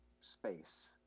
space